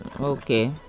Okay